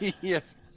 Yes